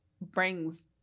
brings